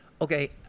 okay